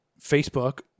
Facebook